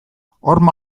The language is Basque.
horma